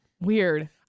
Weird